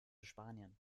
spanien